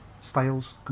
styles